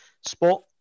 spot